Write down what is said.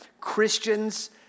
Christians